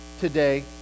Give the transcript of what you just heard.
today